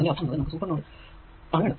അതിന്റെ അർഥം എന്നത് നമുക്ക് സൂപ്പർ നോഡ്